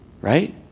right